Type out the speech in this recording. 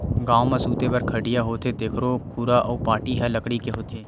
गाँव म सूते बर खटिया होथे तेखरो खुरा अउ पाटी ह लकड़ी के होथे